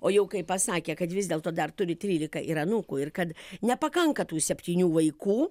o jau kai pasakė kad vis dėlto dar turi trylika ir anūkų ir kad nepakanka tų septynių vaikų